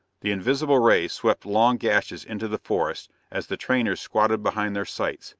the invisible rays swept long gashes into the forest as the trainers squatted behind their sights,